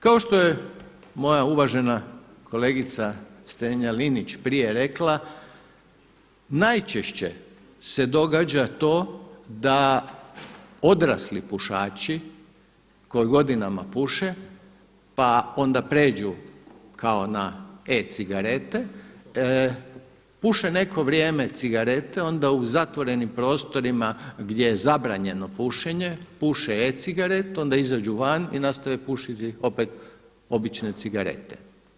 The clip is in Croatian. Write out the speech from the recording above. Kao što je moja uvažena kolegica Strenja-Linić prije rekla, najčešće se događa to da odrasli pušači koji godinama puše pa onda pređu kao na e-cigarete puše neko vrijeme cigarete onda u zatvorenim prostorima gdje je zabranjeno pušenje puše e-cigaretu onda izađu van i nastave pušiti opet obične cigarete.